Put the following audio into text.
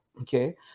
okay